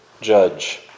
judge